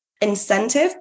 incentive